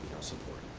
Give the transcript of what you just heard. support.